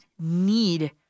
need